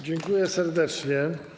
Dziękuję serdecznie.